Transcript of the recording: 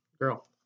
girl